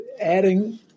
adding